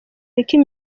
nick